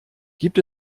gibt